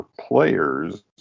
players